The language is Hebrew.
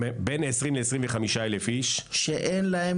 בין 20,000 ל-25,000 איש שאין להם